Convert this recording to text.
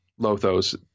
Lothos